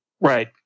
Right